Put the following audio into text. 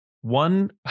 one